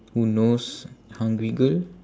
who knows hungry girl